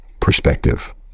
perspective